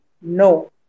No